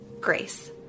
Grace